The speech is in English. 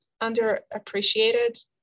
underappreciated